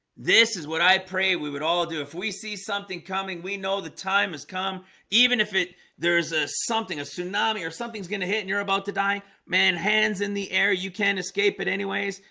this is what i pray. we would all do if we see something coming we know the time has come even if it there's a something a tsunami or something's going to hit and you're about to die man hands in the air. you can't escape it anyways,